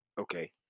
Okay